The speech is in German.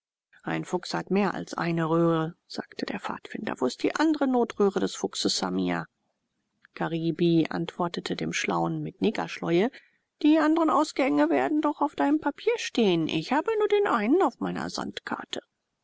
ein fuchs hat mehr als eine röhre sagte der pfadfinder wo ist die andre notröhre des fuchses hamia karibi antwortete dem schlauen mit negerschläue die andren ausgänge werden doch auf deinem papier stehen ich habe nur den einen auf meiner sandkarte